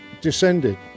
descended